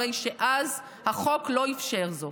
הרי שאז החוק לא אפשר זאת.